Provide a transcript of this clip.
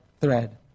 thread